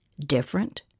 different